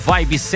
Vibe